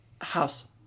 house